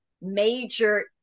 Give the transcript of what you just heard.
major